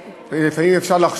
לפעמים אפשר לטעות,